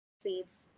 seeds